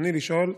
רצוני לשאול: